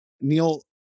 Neil